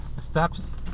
Steps